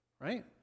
right